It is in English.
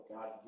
God